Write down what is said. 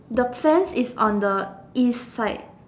the sands is on the East side